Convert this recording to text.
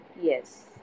yes